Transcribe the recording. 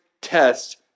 test